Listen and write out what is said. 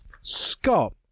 Scott